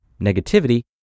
negativity